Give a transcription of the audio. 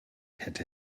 hätte